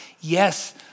yes